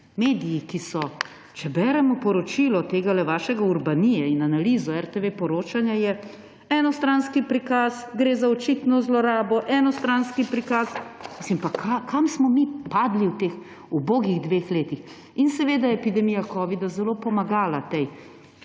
Mediji, ki so, če beremo poročilo tegale vašega Urbanije in analizo RTV poročanja, je »enostranski prikaz, gre za očitno zlorabo, enostranski prikaz …« Mislim, pa kam smo mi padli v teh ubogih dveh letih? In seveda je epidemija covida zelo pomagala tej